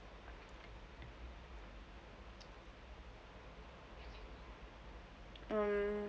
um